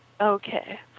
Okay